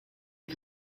aux